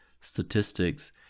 statistics